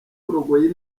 kurogoya